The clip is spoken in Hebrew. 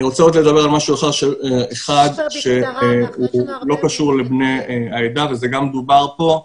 רוצה לדבר על משהו אחד שהוא לא קשור לבני העדה וזה גם דובר פה,